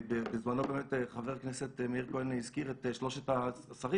בזמנו באמת חבר הכנסת מאיר כהן הזכיר את שלושת השרים.